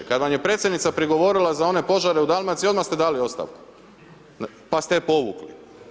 Kada vam je Predsjednica prigovorila za one požare u Dalmaciji, odmah ste dali ostavku, pa ste ju povukli.